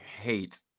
hate